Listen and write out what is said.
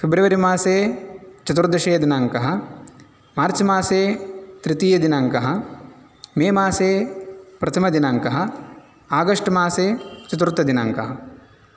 फ़ेब्रवरि मासे चतुर्दशः दिनाङ्कः मार्च् मासे तृतीयदिनाङ्कः मे मासे प्रथमदिनाङ्कः आगस्ट् मासे चतुर्थदिनाङ्कः